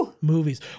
movies